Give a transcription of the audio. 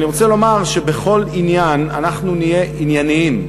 אני רוצה לומר שבכל עניין אנחנו נהיה ענייניים.